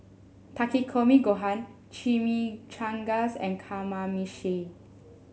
Takikomi Gohan Chimichangas and Kamameshi